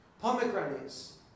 pomegranates